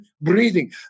breathing